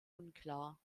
unklar